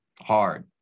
hard